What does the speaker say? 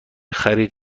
خرید